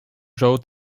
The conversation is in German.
joe